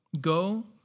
go